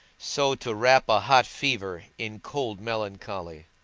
so to wrap a hot fever in cold melancholy,